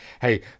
Hey